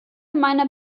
meiner